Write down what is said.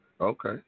Okay